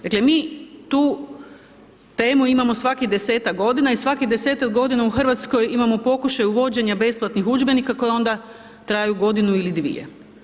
Dakle mi tu temu imamo svakih 10-ak godina i svakih 10-ak godina u Hrvatskoj imamo pokušaj uvođenje besplatnih udžbenika koju onda traju godinu ili dvije.